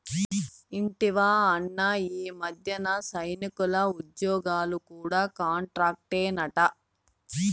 ఇంటివా అన్నా, ఈ మధ్యన సైనికుల ఉజ్జోగాలు కూడా కాంట్రాక్టేనట